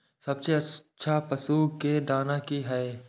सबसे अच्छा पशु के दाना की हय?